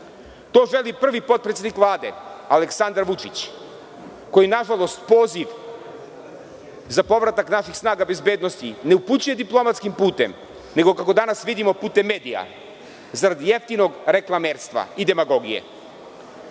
To želi prvi potpredsednik Vlade Aleksandar Vučić koji nažalost poziv za povratak naših snaga bezbednosti ne upućuje diplomatskim putem, nego kako danas vidimo putem medija, zarad jeftinog reklamerstva i demagogije. Pri